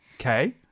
Okay